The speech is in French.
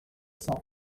cents